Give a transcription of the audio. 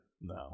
No